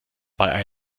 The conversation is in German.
bei